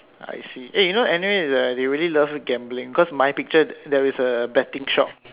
I see eh you know anyway the they really love gambling cause my picture there is a betting shop